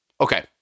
Okay